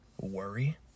worry